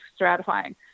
stratifying